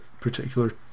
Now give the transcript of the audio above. particular